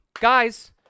guys